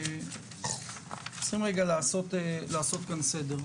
אנחנו צריכים לעשות כאן סדר.